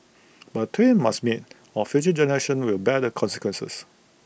but twain must meet or future generations will bear the consequences